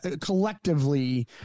collectively